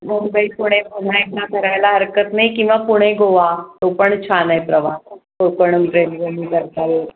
मुंबई पुणे पुन्हा एकदा करायला हरकत नाही किंवा पुणे गोवा तो पण छान आहे प्रवास तो पण रेल्वेने करता येईल